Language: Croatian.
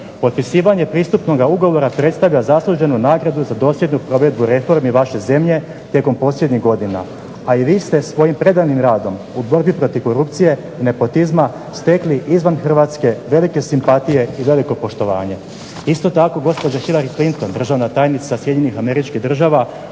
Potpisivanje pristupnoga ugovora predstavlja zasluženu nagradu za dosljednu provedbu reformi vaše zemlje tijekom posljednjih godina, a i vi ste svojim predanim radom u borbi protiv korupcije, nepotizma stekli izvan Hrvatske velike simpatije i veliko poštovanje. Isto tako gospođa Hilary Clinton državna tajnica SAD-a